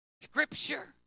Scripture